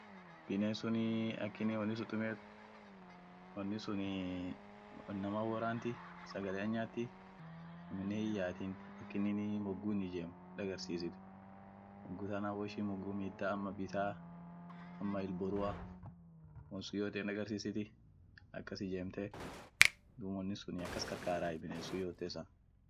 binesunii akinin woni sun tumiet woni sunii inaman woranti, sagalean nyaati, aminen hin' yaatin akininii mugu in ijem dagarsisit, mugu tana woishin mugu mida ama bitaa ama il borua wonsun yote hindagarsisiti akas ijemte duum wonin sun akas karkaray biness sun yote isa.